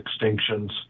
extinctions